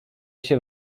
się